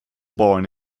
born